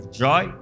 joy